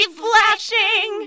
flashing